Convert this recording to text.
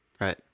Right